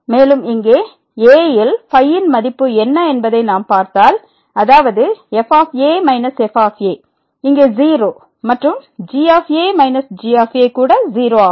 மேலும் இங்கே a ல் φ ன் மதிப்பு என்ன என்பதை நாம் பார்த்தால் அதாவது f a f இங்கே 0 மற்றும் g a g கூட 0 ஆகும்